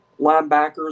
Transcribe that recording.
linebackers